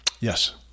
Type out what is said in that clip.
Yes